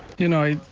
you know,